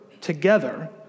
together